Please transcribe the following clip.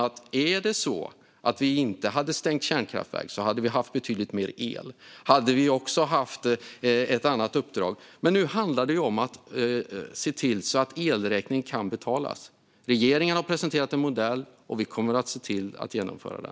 Om vi inte hade stängt kärnkraftverk så hade vi haft betydligt mer el, och då hade vi också haft ett annat uppdrag. Nu handlar det om att se till att elräkningen kan betalas. Regeringen har presenterat en modell, och vi kommer att se till att genomföra den.